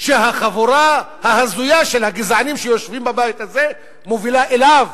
שהחבורה ההזויה של הגזענים שיושבים בבית הזה מובילה אליו,